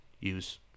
use